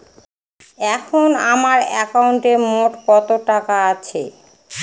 এখন আমার একাউন্টে মোট কত টাকা আছে?